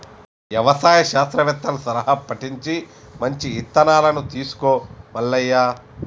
యవసాయ శాస్త్రవేత్తల సలహా పటించి మంచి ఇత్తనాలను తీసుకో మల్లయ్య